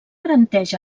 garanteix